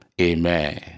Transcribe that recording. Amen